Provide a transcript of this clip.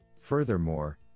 Furthermore